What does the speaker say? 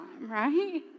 right